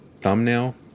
thumbnail